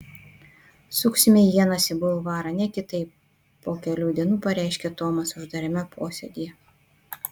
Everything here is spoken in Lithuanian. suksime ienas į bulvarą ne kitaip po kelių dienų pareiškė tomas uždarame posėdyje